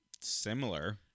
similar